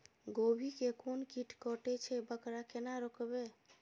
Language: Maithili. गोभी के कोन कीट कटे छे वकरा केना रोकबे?